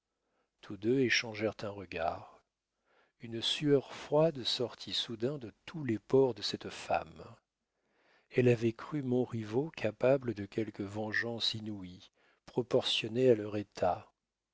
tous deux échangèrent un regard une sueur froide sortit soudain de tous les pores de cette femme elle avait cru montriveau capable de quelque vengeance inouïe proportionnée à leur état